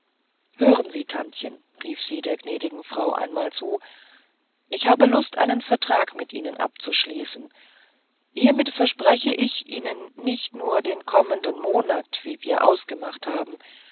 hören sie tantchen rief sie der gnädigen frau einmal zu ich habe lust einen vertrag mit ihnen abzuschließen hiermit verspreche ich ihnen nicht nur den kommenden monat wie wir ausgemacht haben